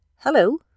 Hello